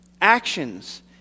actions